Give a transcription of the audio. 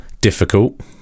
difficult